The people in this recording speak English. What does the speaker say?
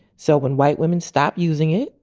so when white women stop using it,